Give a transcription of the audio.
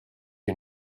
you